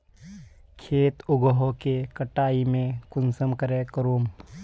खेत उगोहो के कटाई में कुंसम करे करूम?